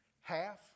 half